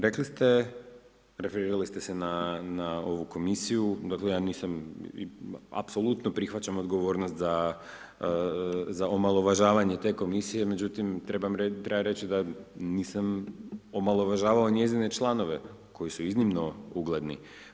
Rekli ste, referirali ste se na ovu komisiju, dakle ja nisam, apsolutno prihvaćam odgovornost za omalovažavanje te komisije, međutim treba reći da nisam omalovažavao njezine članove, koji su iznimno ugledni.